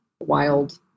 wild